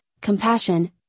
compassion